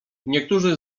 niektórzy